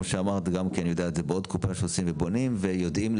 אני יודע שעושים את זה גם בעוד קופה ויוזמים כך פנייה לאדם.